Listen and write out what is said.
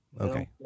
okay